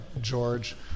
George